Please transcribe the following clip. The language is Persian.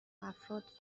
افراد